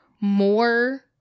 more